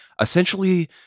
essentially